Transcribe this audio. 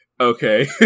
Okay